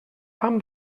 fam